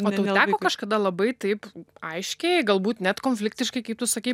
o tau teko kažkada labai taip aiškiai galbūt net konfliktiškai kaip tu sakei